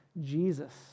Jesus